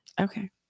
Okay